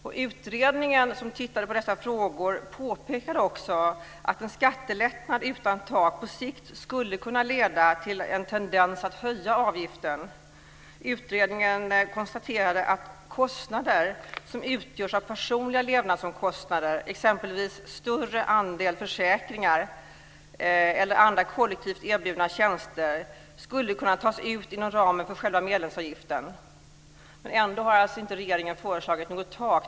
Den utredning som studerat dessa frågor påpekade också att en skattelättnad utan tak skulle kunna leda till en tendens till höjning av avgiften. Utredningen konstaterade att kostnader som utgör personliga levnadsomkostnader, exempelvis större andel försäkringar eller andra kollektivt erbjudna tjänster, skulle kunna tas ut inom ramen för medlemsavgiften. Ändå har regeringen inte föreslagit något tak.